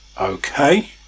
Okay